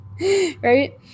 right